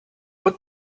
what